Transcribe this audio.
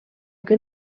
que